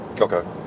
okay